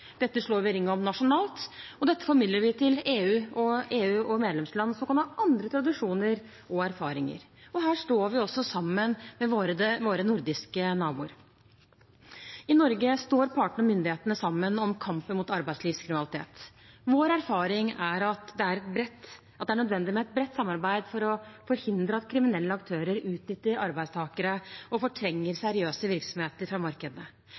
Dette slår vi ring om nasjonalt, og dette formidler vi til EU og EUs medlemsland som kan ha andre tradisjoner og erfaringer. Derfor står vi også sammen med våre nordiske naboer. I Norge står partene og myndighetene sammen i kampen mot arbeidslivskriminalitet. Vår erfaring er at det er nødvendig med et bredt samarbeid for å forhindre at kriminelle aktører utnytter arbeidstakere og fortrenger seriøse virksomheter fra markedene.